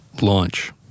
launch